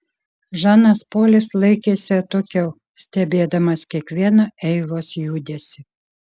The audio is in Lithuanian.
žanas polis laikėsi atokiau stebėdamas kiekvieną eivos judesį